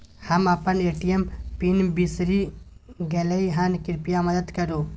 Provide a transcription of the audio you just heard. हम अपन ATM pin बिसरि गलियै हन, कृपया मदद करु